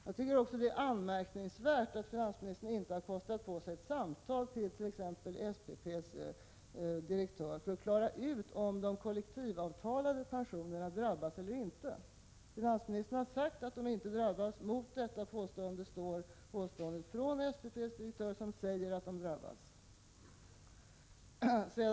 Jag tycker också att det är anmärkningsvärt att finansministern inte har kostat på sig ett samtal till exempelvis SPP:s direktör för att klara ut om de kollektivavtalade pensionerna drabbas eller inte. Finansministern har sagt att de inte drabbas. Mot detta påstående står uppgiften från SPP:s direktör, som säger att de drabbas.